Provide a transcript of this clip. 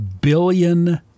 billion